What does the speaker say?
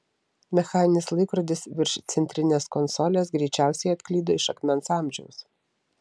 mechaninis laikrodis virš centrinės konsolės greičiausiai atklydo iš akmens amžiaus